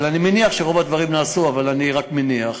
אני מניח שרוב הדברים נעשו, אבל אני רק מניח.